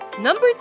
Number